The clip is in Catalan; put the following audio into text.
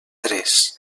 tres